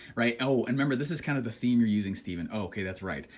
right? oh, and remember this is kind of the theme you're using steven, oh okay, that's right.